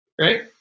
Right